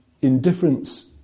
indifference